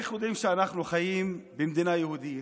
איך יודעים שאנחנו חיים במדינה יהודית?